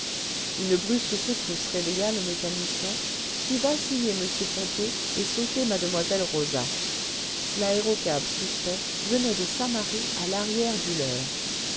une brusque secousse réveilla le mécanicien fit vaciller m ponto et sauter mue rosa l'aérocab suspect venait de s'amarrer à l'arrière du leur